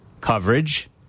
coverage